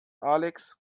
alex